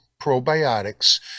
probiotics